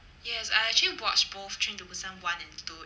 yes I actually watch both train to busan one and two